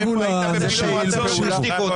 סימון, בפולין כבר חושבים ככה.